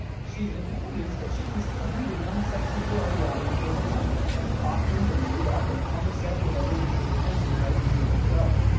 she imagines she can still be the young, sexy girl the audience was in love with, costumed and made up and on the set with everyone paying attention like in the old show,